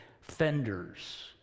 fenders